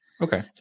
Okay